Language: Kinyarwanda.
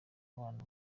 abana